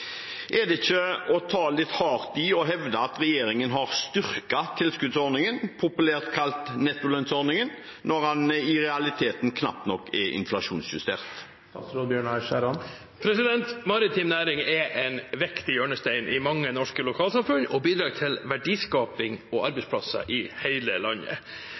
Er det ikke å ta litt hardt i å hevde at regjeringen har «styrket» tilskuddsordningen, populært kalt nettolønnsordningen, når den i realiteten knapt nok er inflasjonsjustert?» Maritim næring er en viktig hjørnestein i mange norske lokalsamfunn og bidrar til verdiskaping og arbeidsplasser i hele landet.